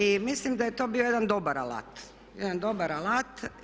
I mislim da je to bio jedan dobar alat.